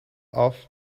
off